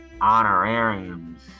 honorariums